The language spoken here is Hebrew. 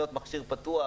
מכשיר פתוח.